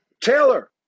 Taylor